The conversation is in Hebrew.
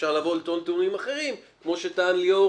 אפשר לטעון טיעונים אחרים, כמו שטען ליאור